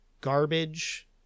Garbage